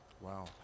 Wow